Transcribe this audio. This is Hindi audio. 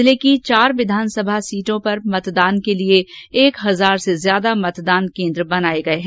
जिले की चार विधानसभा सीटों में मतदान केलिए एक हजार से ज्यादा मतदान केनद्र बनाए गए हैं